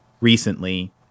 recently